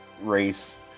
race